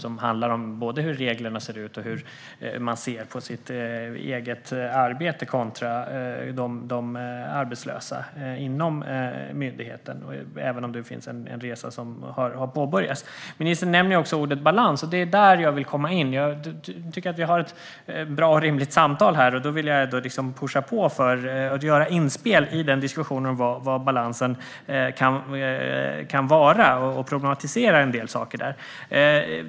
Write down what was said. Det handlar om hur reglerna ser ut och hur man inom myndigheten ser på sitt eget arbete kontra de arbetslösa, även om det har påbörjats en resa. Ministern nämner också ordet balans, och där vill jag komma in. Jag tycker att vi har ett bra och rimligt samtal och vill då passa på att göra ett inspel om vad balansen kan innebära och även problematisera en del saker.